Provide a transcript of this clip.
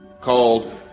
called